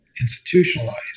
institutionalized